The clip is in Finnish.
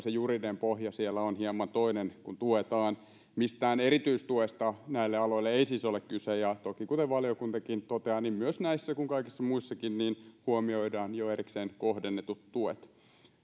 se juridinen pohja siellä on hieman toinen kun tuetaan mistään erityistuesta näille aloille ei siis ole kyse ja toki kuten valiokuntakin toteaa niin myös näissä kuin kaikissa muissakin huomioidaan jo erikseen kohdennetut tuet